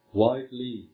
widely